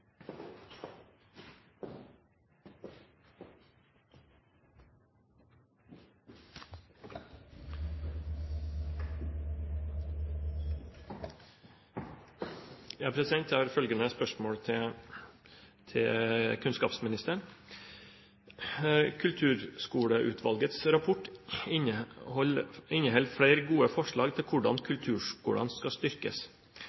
Jeg har følgende spørsmål til kunnskapsministeren: «Kulturskoleutvalgets rapport inneholder flere gode forslag til hvordan